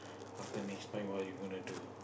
after next month what you gonna do